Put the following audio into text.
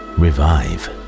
revive